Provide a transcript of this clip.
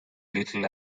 little